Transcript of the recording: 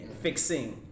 Fixing